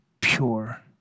pure